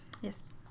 Yes